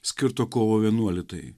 skirto kovo vienuolitajai